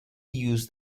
used